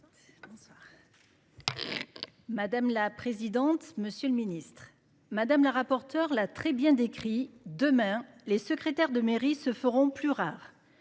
Madame la présidente, monsieur le ministre, madame la rapporteure l'a très bien décrit demain les secrétaires de mairie se feront plus rares.